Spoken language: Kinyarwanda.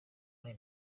muri